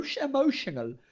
emotional